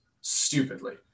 stupidly